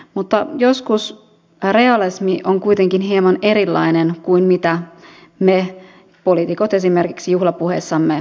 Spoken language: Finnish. mutta joskus realismi on kuitenkin hieman erilainen kuin mitä me poliitikot esimerkiksi juhlapuheissamme todistamme